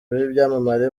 b’ibyamamare